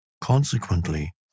Consequently